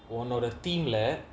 one of the team leh